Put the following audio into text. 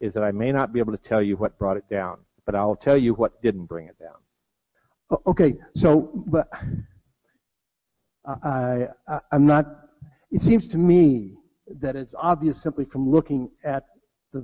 is that i may not be able to tell you what brought it down but i'll tell you what didn't bring it down ok so i'm not it seems to me that it's obvious simply from looking at the